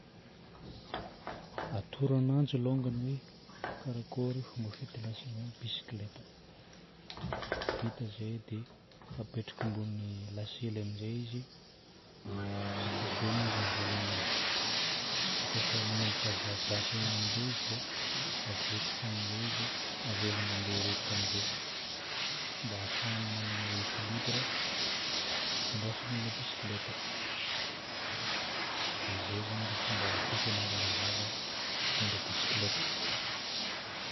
Atoro ananjy alongany hoe karakory fomba fitondrasana bisikileta. Vita zay dia apetraka ambonin'ny lasely amin'izay izy dia tazomina izy amin'ny vôlongany. Dia kôfa manomboka zajatra igny amin'izay izy vô avotsotro amin'izay izy, avela mandeha irery kamin'izay mba hahafahany magnana équilibre hitondrasany an'ilay bisikileta. Dia zay zagny ilay fomba fampianarana zaza hitondra bisikileta.